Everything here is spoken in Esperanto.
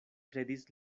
kredis